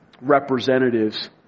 representatives